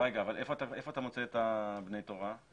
איפה אתה מוצא את בני התורה?